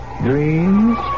dreams